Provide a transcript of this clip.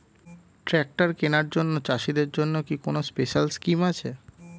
Tractor কেনার জন্য চাষিদের জন্য কি কোনো স্পেশাল স্কিম আছে?